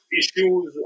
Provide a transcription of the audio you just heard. issues